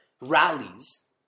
rallies